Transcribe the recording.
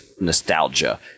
nostalgia